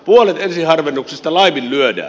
puolet ensiharvennuksesta laiminlyödään